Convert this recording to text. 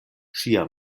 ŝia